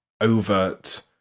overt